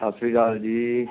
ਸਤਿ ਸ਼੍ਰੀ ਅਕਾਲ ਜੀ